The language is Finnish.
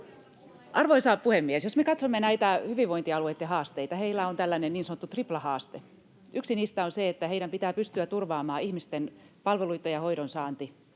Arvoisa puhemies! Jos me katsomme näitä hyvinvointialueitten haasteita, heillä on tällainen niin sanottu triplahaaste: Yksi niistä on se, että heidän pitää pystyä turvaamaan ihmisten palveluitten ja hoidon saanti